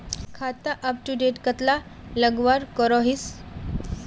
खाता अपटूडेट कतला लगवार करोहीस?